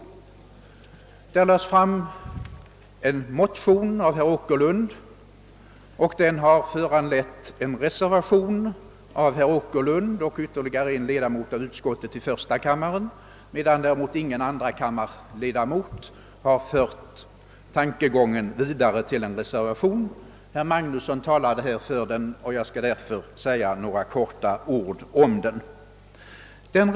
Herr Åkerlund lade fram en motion, och denna har föranlett en reservation av herr Åkerlund och ytterligare en ledamot av uiskottet i första kammaren, medan däremot ingen andrakammarledamot har fört tankegången vidare till en reservation. Herr Magnusson i Borås talade emellertid här för den Åkerlundska uppfattningen, och jag skall därför säga några få ord om denna.